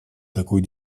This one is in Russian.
такой